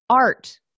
art